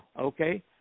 Okay